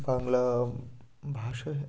বাংলা ভাষায়